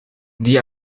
die